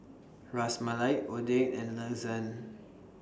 Ras Malai Oden and Lasagne